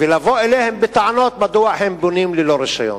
ולבוא אליהם בטענות מדוע הם בונים ללא רשיון.